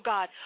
God